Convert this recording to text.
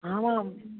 आमाम्